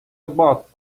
about